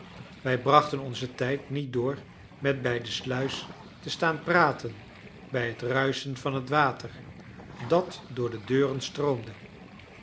wij brachten onzen tijd niet door met bij de sluis te staan praten bij het ruischen van het water dat door de deuren stroomde